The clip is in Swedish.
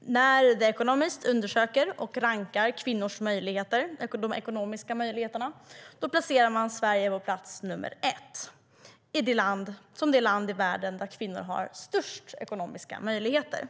När The Economist undersöker och rankar kvinnors ekonomiska möjligheter placeras Sverige på första plats, som det land i världen där kvinnor har störst ekonomiska möjligheter.